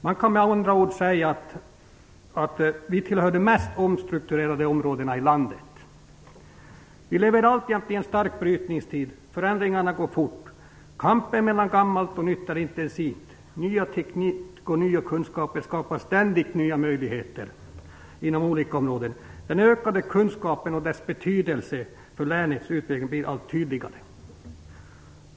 Man kan med andra ord säga att Norrbotten tillhör de mest omstrukturerade områdena i landet. Vi lever alltjämt i en stark brytningstid. Förändringarna går fort. Kampen mellan gammalt och nytt är intensiv. Ny teknik och nya kunskaper skapar ständigt nya möjligheter inom olika områden. Den ökade kunskapen och dess betydelse för länets utveckling blir allt tydligare.